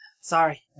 Sorry